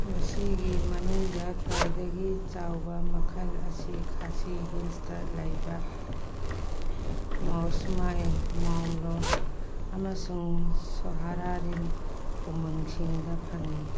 ꯃꯁꯤꯒꯤ ꯃꯅꯨꯡꯗ ꯈ꯭ꯋꯥꯏꯗꯒꯤ ꯆꯥꯎꯕ ꯃꯈꯜ ꯑꯁꯤ ꯈꯥꯁꯤ ꯍꯤꯜꯁꯇ ꯂꯩꯕ ꯃꯥꯎꯁꯃꯥꯏ ꯃꯥꯎꯂꯣ ꯑꯃꯁꯨꯡ ꯁꯣꯍꯔꯥꯔꯤꯝ ꯎꯃꯪꯁꯤꯡ ꯐꯪꯉꯤ